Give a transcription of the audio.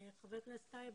חבר הכנסת טייב,